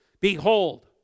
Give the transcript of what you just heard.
Behold